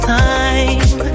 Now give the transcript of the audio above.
time